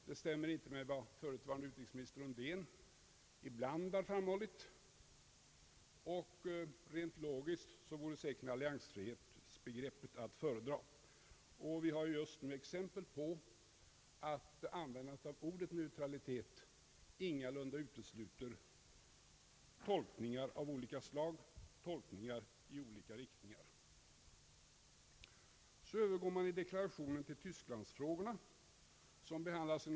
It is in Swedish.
Det stämmer inte med vad förutvarande utrikesministern Undén ibland framhållit. Rent logiskt vore säkert alliansfrihetsbegreppet att föredra. Vi har just nu exempel på att användandet av ordet neutralitet ingalunda utesluter tolkningar av olika slag, tolkningar i olika riktningar. Så övergår man i deklarationen till Tysklandsfrågorna, som behandlas med Ang.